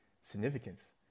significance